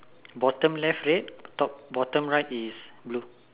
bottom left red top bottom right is blue